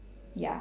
ya